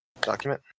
document